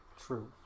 True